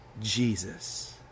Jesus